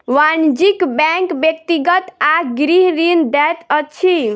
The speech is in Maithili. वाणिज्य बैंक व्यक्तिगत आ गृह ऋण दैत अछि